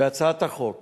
בהצעת החוק